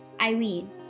Eileen